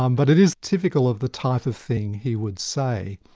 um but it is typical of the type of thing he would say.